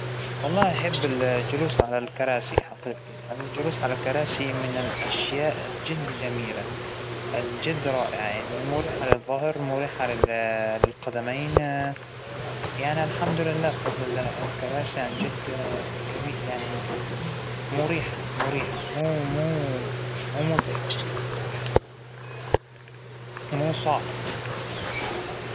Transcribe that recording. لأ أبداً مانى جيدة بالسباحة على الإطلاق، ما قد أتعلم من وأنا صغيرة السباحة، وما يستهوينى نزول الموية أصلاً، ما أحب إنى أروح البحر وأنزل الموية، أنا أفضل إنى أظل جالسة على الرمل أتفرج على البحر، وهكذا ، لكن انزل ومادرى شو أعتقد إنى راح أغرق لو إجت فعلاً عاصفة بحرية، ما راح أظل فوق المويه.